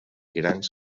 grans